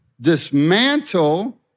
dismantle